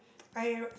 I